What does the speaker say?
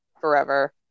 forever